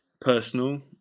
personal